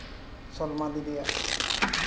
ᱥᱚᱞᱢᱟ ᱫᱤᱫᱤᱭᱟᱜ